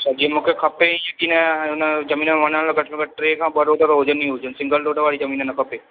अच्छा जीअं मूंखे खपे इअं की न हुन ज़मीन वठण में घटि में घटि टे खां ॿ रोड त हुजनि ई हुजनि सिंगल रोड वारी ज़मीन न खपे